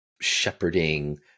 shepherding